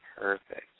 Perfect